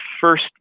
first